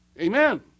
Amen